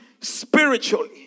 spiritually